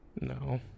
No